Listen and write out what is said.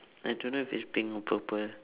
I don't know if it's pink or purple